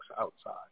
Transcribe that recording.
outside